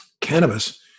cannabis